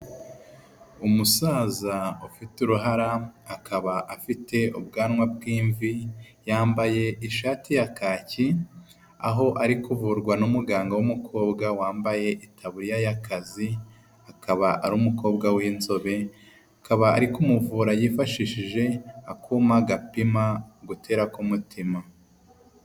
Umusaza ufite uruhara, akaba afite ubwanwa bw'imvi, yambaye ishati ya kaki, aho ari kuvurwa n’umuganga w'umukobwa wambaye itaburiya y'akazi, akaba ar’umukobwa w'inzobe, akaba ari kumuvura yifashishije akuma gapima gutera k’umutima.